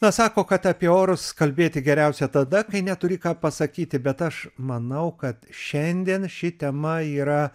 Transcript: na sako kad apie orus kalbėti geriausia tada kai neturi ką pasakyti bet aš manau kad šiandien ši tema yra